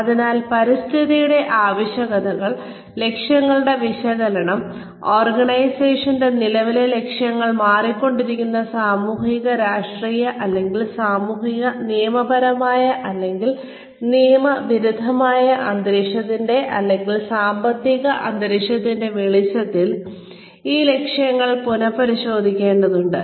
അതിനാൽ പരിസ്ഥിതിയുടെ ആവശ്യകതകൾ ലക്ഷ്യങ്ങളുടെ വിശകലനം ഓർഗനൈസേഷന്റെ നിലവിലെ ലക്ഷ്യങ്ങൾ മാറിക്കൊണ്ടിരിക്കുന്ന സാമൂഹിക രാഷ്ട്രീയ അല്ലെങ്കിൽ സാമൂഹിക നിയമപരമായ അല്ലെങ്കിൽ നിയമവിരുദ്ധമായ അന്തരീക്ഷത്തിന്റെ അല്ലെങ്കിൽ സാമ്പത്തിക അന്തരീക്ഷത്തിന്റെ വെളിച്ചത്തിൽ ഈ ലക്ഷ്യങ്ങൾ പുനഃപരിശോധിക്കേണ്ടതുണ്ട്